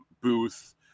booth